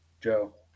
Joe